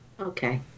Okay